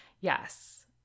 Yes